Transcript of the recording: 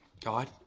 God